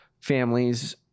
families